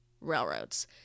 railroads